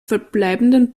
verbleibenden